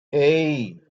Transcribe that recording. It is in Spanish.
hey